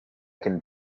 can